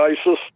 ISIS